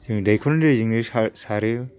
जों दैख'रनि दैजोंनो सारो